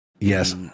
yes